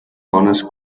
bones